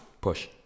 Push